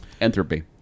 entropy